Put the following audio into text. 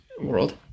World